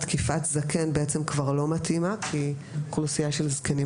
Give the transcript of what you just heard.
תקיפת זקן כבר לא מתאימה כי אוכלוסייה של זקנים,